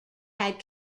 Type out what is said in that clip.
had